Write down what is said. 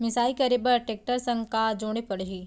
मिसाई करे बर टेकटर संग का जोड़े पड़ही?